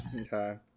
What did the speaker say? okay